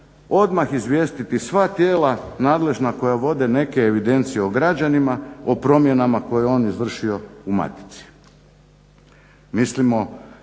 odmah izvijestiti sva tijela nadležna koja vode neke evidencije o građanima o promjenama koje je on izvršio u matici.